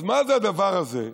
אז מה זה הדבר הזה,